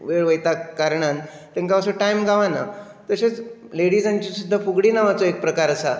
वेळ वयताच कारणान तांकां असो टायम गावना तशेंच लेडिसांची लेगीत फुगडी नांवाचो एक प्रकार आसा